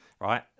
Right